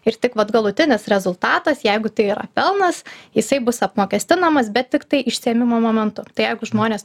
ir tik vat galutinis rezultatas jeigu tai yra pelnas jisai bus apmokestinamas bet tiktai išsiėmimo momentu tai jeigu žmonės